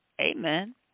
Amen